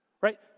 right